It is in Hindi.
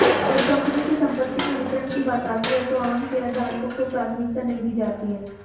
जब कंपनी की संपत्ति के वितरण की बात आती है तो आम शेयरधारकों को प्राथमिकता नहीं दी जाती है